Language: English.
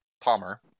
Palmer